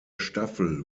staffel